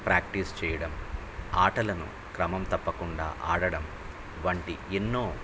practice చేయడం ఆటలను క్రమం తప్పకుండా ఆడడం వంటి ఎన్నో